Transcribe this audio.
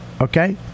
Okay